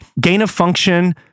gain-of-function